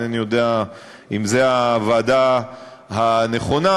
אינני יודע אם זו הוועדה הנכונה,